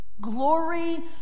Glory